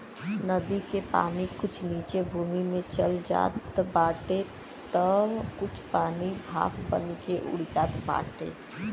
नदी के पानी कुछ नीचे भूमि में चल जात बाटे तअ कुछ पानी भाप बनके उड़ जात बाटे